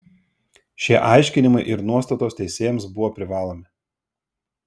šie aiškinimai ir nuostatos teisėjams buvo privalomi